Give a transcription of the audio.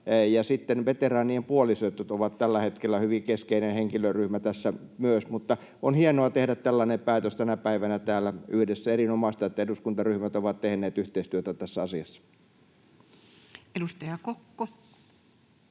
sitten veteraanien puolisot ovat tällä hetkellä hyvin keskeinen henkilöryhmä tässä myös. On hienoa tehdä tällainen päätös tänä päivänä täällä yhdessä. Erinomaista, että eduskuntaryhmät ovat tehneet yhteistyötä tässä asiassa. Edustaja Kokko.